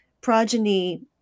progeny